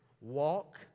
Walk